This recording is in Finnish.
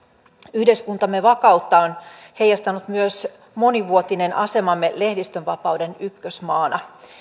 yhteiskuntamme vakautta on heijastanut myös monivuotinen asemamme lehdistönvapauden ykkösmaana